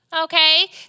okay